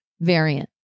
variant